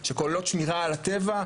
שכל עוד שמירה על הטבע,